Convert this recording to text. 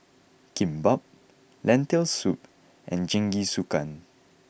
Kimbap Lentil soup and Jingisukan